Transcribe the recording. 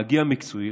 להגיע מקצועי,